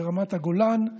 ברמת הגולן,